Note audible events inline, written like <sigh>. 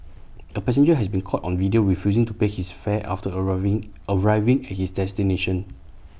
A passenger has been caught on video refusing to pay his fare after <unintelligible> arriving at his destination